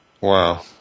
Wow